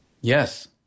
Yes